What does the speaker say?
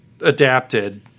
adapted